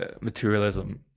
materialism